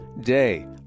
day